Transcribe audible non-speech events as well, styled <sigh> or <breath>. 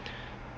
<breath>